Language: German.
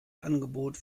angebot